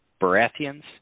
Baratheon's